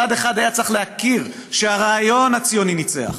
צד אחד היה צריך להכיר בכך שהרעיון הציוני ניצח,